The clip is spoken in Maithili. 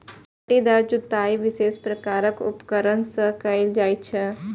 पट्टीदार जुताइ विशेष प्रकारक उपकरण सं कैल जाइ छै